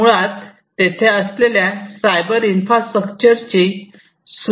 मुळात तिथे असलेल्या सायबर इन्फ्रास्ट्रक्चरची ही सुरक्षा असते